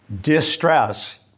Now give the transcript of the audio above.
distress